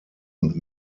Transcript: und